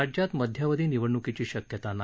राज्यात मध्यावधी निवडणुकीची शक्यता नाही